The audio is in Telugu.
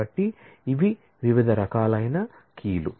కాబట్టి ఇవి వివిధ రకాలైన కీలు